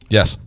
Yes